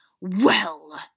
well